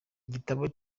igitabo